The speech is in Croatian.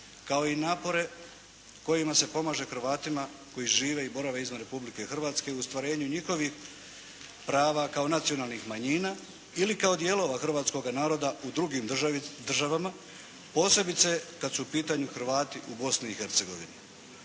kao i napore kojima se pomaže Hrvatima koji žive i borave izvan Republike Hrvatske i u ostvarivanju njihovih prava kao nacionalnih manjina ili kao dijelova hrvatskoga naroda u drugim državama posebice kada su u pitanju Hrvati u Bosni i Hercegovini.